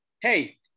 Hey